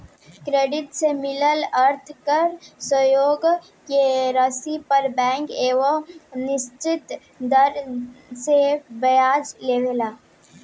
credit से मिलल आर्थिक सहयोग के राशि पर बैंक एगो निश्चित दर से ब्याज लेवेला